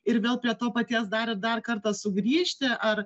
ir vėl prie to paties dar ir dar kartą sugrįžti ar